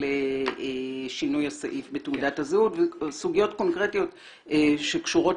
שינוי הסעיף בתעודת הזהות וסוגיות קונקרטיות שקשורות